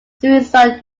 suisun